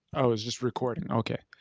it was just recording, okay.